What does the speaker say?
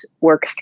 work